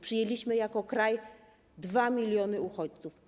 Przyjęliśmy jako kraj 2 mln uchodźców.